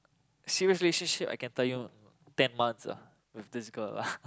serious relationship I can tell you ten months ah with this girl lah